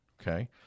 Okay